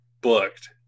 booked